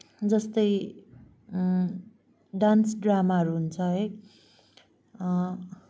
जस्तै डान्स ड्रामाहरू हुन्छ है